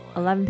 11